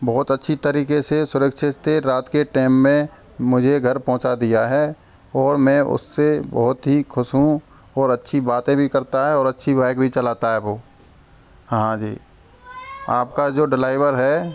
बहुत अच्छी तरीके से सुरक्षित से रात के टैम में मुझे घर पहुंचा दिया है और मैं उससे बहुत ही खुश हूँ और अच्छी बातें भी करता है और अच्छी बाइक भी चलता है वो हाँ जी आपका जो डिलाईवर है